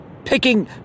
Picking